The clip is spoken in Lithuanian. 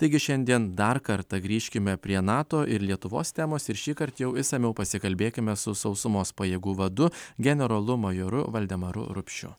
taigi šiandien dar kartą grįžkime prie nato ir lietuvos temos ir šįkart jau išsamiau pasikalbėkime su sausumos pajėgų vadu generolu majoru valdemaru rupšiu